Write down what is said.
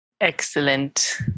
Excellent